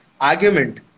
argument